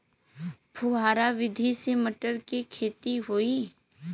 फुहरा विधि से मटर के खेती होई